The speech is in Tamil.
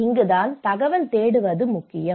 இங்குதான் தகவல் தேடுவது முக்கியம்